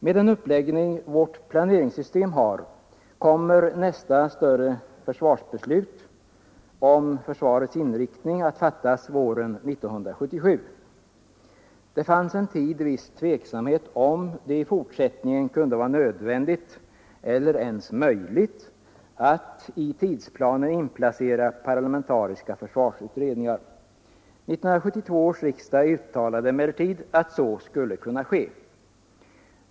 Med den uppläggning som vårt planeringssystem har kommer nästa större beslut om försvarets inriktning att fattas våren 1977. Det fanns en tid viss tveksamhet om huruvida det i fortsättningen kunde vara nödvändigt eller ens möjligt att i tidsplanen inplacera parlamentariska försvarsutredningar. 1972 års riksdag uttalade emellertid att så skulle kunna ske.